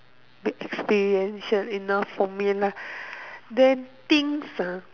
big experience sure enough for me lah then things ah